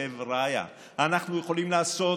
חבריא, אנחנו יכולים לעשות